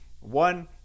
One